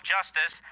Justice